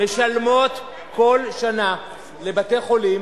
משלמות כל שנה לבתי-חולים